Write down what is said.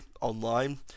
online